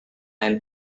lain